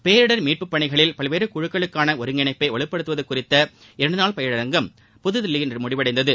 பேரிடர் மீட்பு பணிகளில் பல்வேறு குழுக்களுடனான ஒருங்கிணைப்பை வலுப்படுத்துவது குறித்த இரண்டு நாள் பயிலரங்கம் புதுதில்லியில் இன்று முடிவடைந்தது